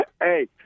Hey